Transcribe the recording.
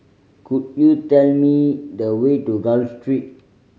could you tell me the way to Gul Street